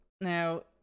now